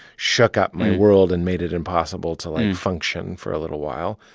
shook up my world and made it impossible to, like, function for a little while.